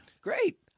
Great